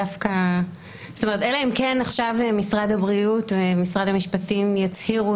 אלא אם כן משרד הבריאות או משרד המשפטים יצהירו